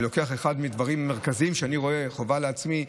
אחד מהדברים המרכזיים שבהם אני רואה חובה לעצמי,